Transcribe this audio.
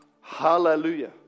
Hallelujah